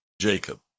Jacob